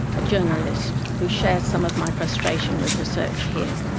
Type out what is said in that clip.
a journalist who shares some of my frustration with research here,